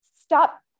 Stop